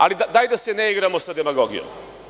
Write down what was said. Ali, daj da se ne igramo sa demagogijom.